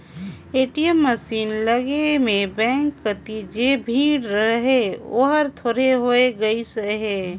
ATM machine लगे में bank कति जे भीड़ रहें ओहर थोरहें होय गईसे